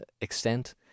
extent